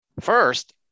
first